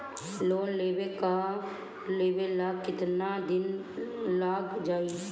Loan लेबे ला कितना दिन लाग जाई?